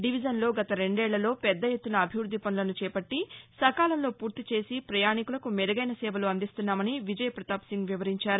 డివిజన్లో గత రెండేళ్లలో పెద్దఎత్తున అభివృద్ధి పనులను చేపట్లి సకాలంలో పూర్తి చేసి పయాణికులకు మెరుగైన సేపలు అందిస్తున్నామని విజయ్పతాప్ సింగ్ వివరించారు